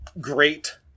great